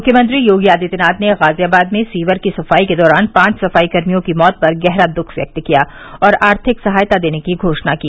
मुख्यमंत्री योगी आदित्यनाथ ने गाजियाबाद में सीवर की सफाई के दौरान पांच सफाई कर्मियों की मौत पर गहरा दुःख व्यक्त किया और आर्थिक सहायता देने की घोषणा की